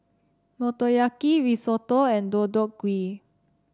Motoyaki Risotto and Deodeok Gui